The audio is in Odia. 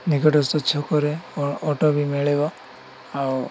ନିକଟସ୍ଥ ଛକରେ ଅଟୋ ବି ମିଳିବ ଆଉ